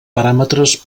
paràmetres